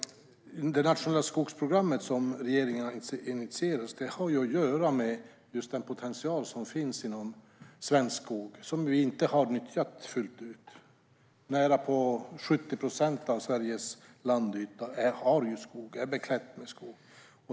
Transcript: Det nationella skogsprogrammet, som regeringen har initierat, har att göra med just den potential som finns inom svensk skog, som vi inte har nyttjat fullt ut. Närapå 70 procent av Sveriges landyta är beklädd med skog.